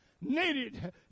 needed